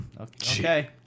Okay